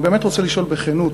אבל אני באמת רוצה לשאול בכנות